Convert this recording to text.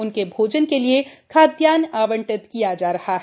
उनके भोजन के लिए खाद्यान्य आवंटित किया जा रहा है